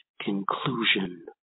conclusion